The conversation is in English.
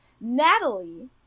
Natalie